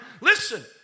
listen